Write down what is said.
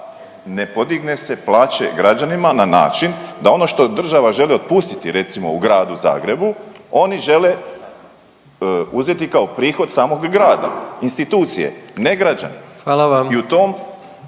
ne podigne se plaće građanima na način da ono što država želi otpustiti recimo u Gradu Zagrebu oni žele uzeti kao prihod samog grada, institucije ne građanima